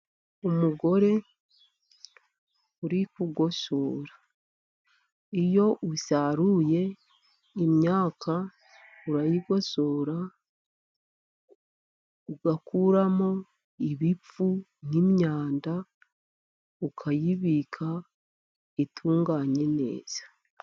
Umugore uri kugosora, iyo usaruye imyaka urayigosora ugakuramo ibipfu nk'imyanda ukayibika itunganye neza.